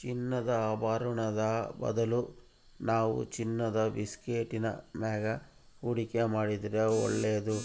ಚಿನ್ನದ ಆಭರುಣುದ್ ಬದಲು ನಾವು ಚಿನ್ನುದ ಬಿಸ್ಕೆಟ್ಟಿನ ಮ್ಯಾಗ ಹೂಡಿಕೆ ಮಾಡಿದ್ರ ಒಳ್ಳೇದು